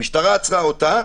המשטרה עצרה אותה,